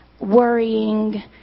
worrying